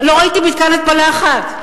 לא ראיתי מתקן התפלה אחד.